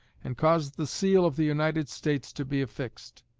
and caused the seal of the united states to be affixed.